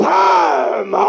time